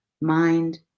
mind